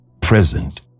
present